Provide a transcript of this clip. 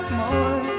more